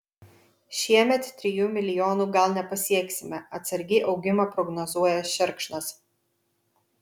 šiemet trijų milijonų gal nepasieksime atsargiai augimą prognozuoja šerkšnas